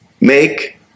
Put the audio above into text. Make